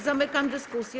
Zamykam dyskusję.